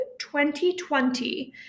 2020